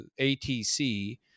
ATC